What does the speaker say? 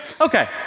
Okay